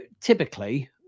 Typically